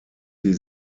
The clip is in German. sie